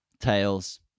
tails